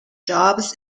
jobs